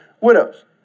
widows